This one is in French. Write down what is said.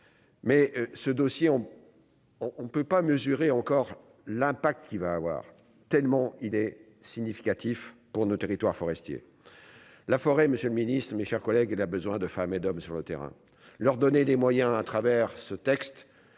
mais ce dossier on on on ne peut pas mesurer encore l'impact qui va avoir tellement il est significatif pour nos territoires forestiers, la forêt, Monsieur le Ministre, mes chers collègues, elle a besoin de femmes et d'hommes sur le terrain, leur donner des moyens à travers ce texte